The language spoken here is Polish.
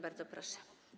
Bardzo proszę.